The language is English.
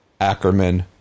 Ackerman